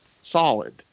solid